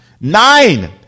Nine